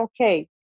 okay